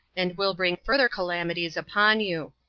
and will bring further calamities upon you.